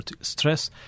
stress